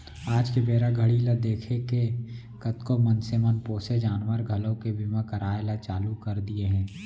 आज के बेरा घड़ी ल देखके कतको मनसे मन पोसे जानवर घलोक के बीमा कराय ल चालू कर दिये हें